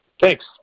Thanks